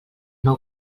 nou